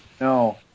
No